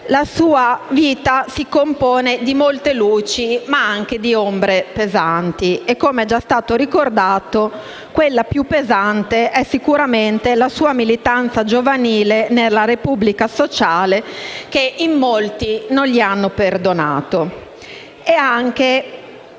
la sua vita si compone di molte luci, ma anche di ombre pesanti e - com'è stato testé ricordato - quella più pesante è sicuramente la sua militanza giovanile nella Repubblica sociale, che in molti non gli hanno perdonato, nonché